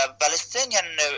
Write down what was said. Palestinian